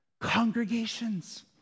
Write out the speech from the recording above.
Congregations